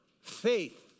faith